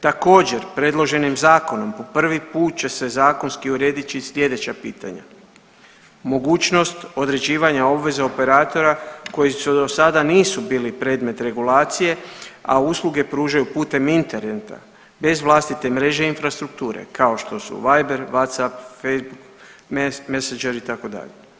Također predloženim zakonom po prvi put će se zakonski urediti sljedeća pitanja, mogućnost određivanja obveze operatora koji do sada nisu bili predmet regulacije, a usluge pružaju putem interneta bez vlastite mreže infrastrukture, kao što su Viber, WhatsApp, Facebook, Messenger itd.